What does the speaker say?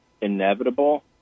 inevitable